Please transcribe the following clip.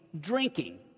drinking